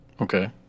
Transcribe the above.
okay